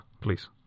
please